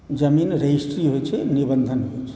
जमीन रजिस्ट्री होइ छै निबन्धन होइ छै